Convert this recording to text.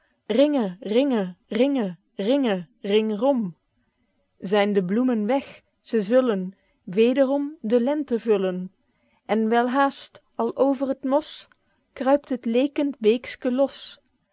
ringe ringe ringe ring rom zyn de bloemen weg ze zullen wederom de lente vullen en welhaest al over t mos kruipt het lekend beekske los